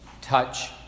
Touch